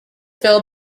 filled